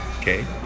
okay